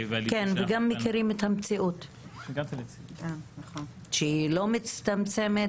וגם מכירים את המציאות שהיא לא מצטמצמת,